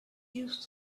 used